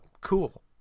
Cool